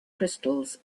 crystals